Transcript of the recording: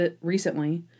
recently